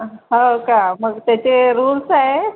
हो का मग त्याचे रुल्स आहे